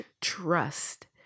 trust